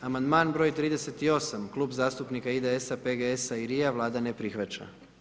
Amandman broj 38., Klub zastupnika IDS-a, PGS-a i LRI-a, Vlada ne prihvaća.